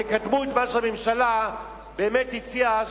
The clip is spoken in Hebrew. תקדמו את מה שהממשלה באמת הציעה,